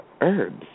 herbs